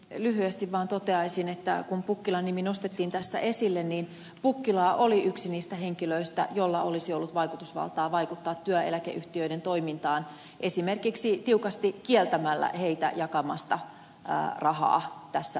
lyhyesti vaan toteaisin kun pukkilan nimi nostettiin tässä esille että pukkila oli yksi niistä henkilöistä jolla olisi ollut vaikutusvaltaa vaikuttaa työeläkeyhtiöiden toimintaan esimerkiksi tiukasti kieltämällä heitä jakamasta rahaa tässä